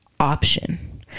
option